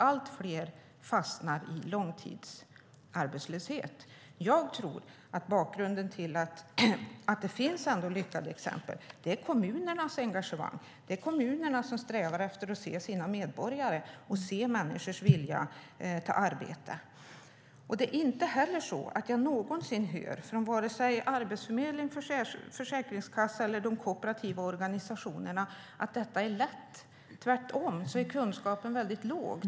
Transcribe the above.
Allt fler fastnar i långtidsarbetslöshet. Jag tror att bakgrunden till att det ändå finns lyckade exempel är kommunernas engagemang. Det är kommunerna som strävar efter att se sina medborgare och se människors vilja till arbete. Jag har heller aldrig någonsin hört från vare sig Arbetsförmedlingen, Försäkringskassan eller de kooperativa organisationerna att detta är lätt. Tvärtom är kunskapen väldigt liten.